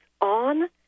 on